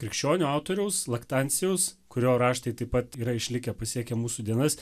krikščionių autoriaus laktancijaus kurio raštai taip pat yra išlikę pasiekę mūsų dienas